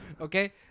okay